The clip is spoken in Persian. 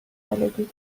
سالگیت